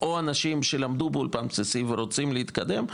או אנשים שלמדו באולפן בסיסי ורוצים להתקדם,